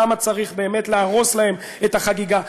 למה צריך באמת להרוס להם את החגיגה?